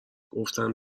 گفتن